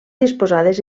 disposades